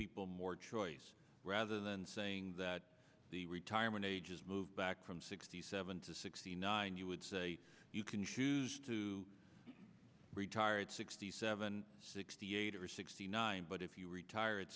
people more choice rather than saying that the retirement age is moved back from sixty seven to sixty nine you would say you can choose to retire at sixty seven sixty eight or sixty nine but if you retire at